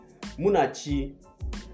Munachi